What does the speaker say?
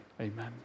amen